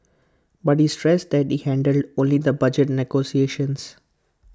but he stressed that he handled only the budget negotiations